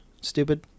stupid